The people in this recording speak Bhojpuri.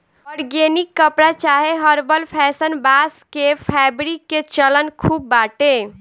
ऑर्गेनिक कपड़ा चाहे हर्बल फैशन, बांस के फैब्रिक के चलन खूब बाटे